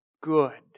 good